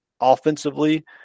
offensively